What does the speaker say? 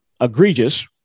egregious